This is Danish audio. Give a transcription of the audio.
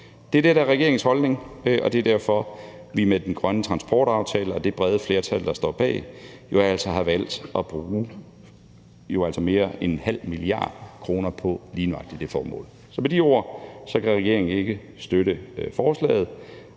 det er derfor, at vi med den grønne transportaftale og det brede flertal, der står bag, jo altså har valgt at bruge mere end 0,5 mia. kr. på lige nøjagtig det formål. Så med de ord kan regeringen ikke støtte forslaget.